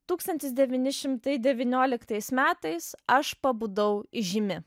tūkstantis devyni šimtai devynioliktais metais aš pabudau įžymi